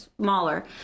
smaller